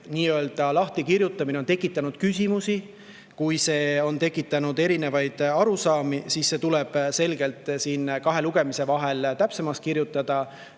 nii-öelda lahtikirjutamine on tekitanud küsimusi, kui see on tekitanud erinevaid arusaamu, siis see tuleb kahe lugemise vahel täpsemaks kirjutada,